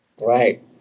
Right